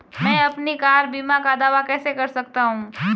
मैं अपनी कार बीमा का दावा कैसे कर सकता हूं?